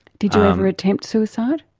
did you um ever attempt suicide?